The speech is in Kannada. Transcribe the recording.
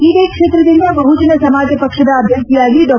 ಇದೇ ಕ್ಷೇತ್ರದಿಂದ ಬಹುಜನ ಸಮಾಜ ಪಕ್ಷದ ಅಭ್ಯರ್ಥಿಯಾಗಿ ಡಾ